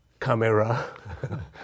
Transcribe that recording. camera